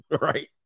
Right